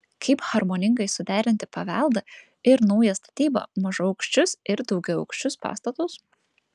kaip harmoningai suderinti paveldą ir naują statybą mažaaukščius ir daugiaaukščius pastatus